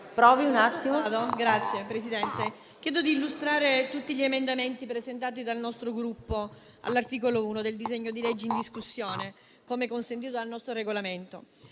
chiedo di illustrare tutti gli emendamenti presentati dal nostro Gruppo all'articolo 1 del disegno di legge in discussione, come consentito dal nostro Regolamento.